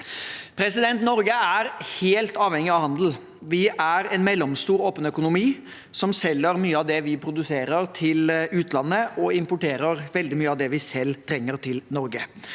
fram til. Norge er helt avhengig av handel. Vi er en mellomstor, åpen økonomi som selger mye av det vi produserer, til utlandet og importerer veldig mye av det vi selv trenger. Vi er